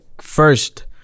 first